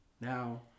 now